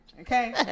Okay